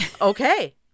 Okay